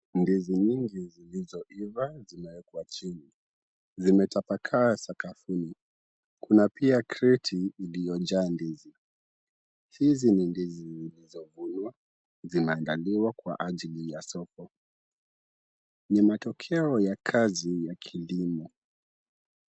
Ndizi nyingi zilizoiva zimewekwa chini. Zimetapakaa sakafuni. Kuna pia kreti iliyojaa ndizi. Hizi ni ndizi zilizovunwa zimeangaliwa kwa ajili ya soko. Ni matokeo ya kazi ya kilimo.